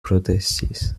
protestis